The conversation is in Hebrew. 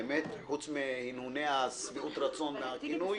באמת, חוץ מהנהוני שביעות הרצון מהכינוי.